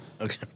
Okay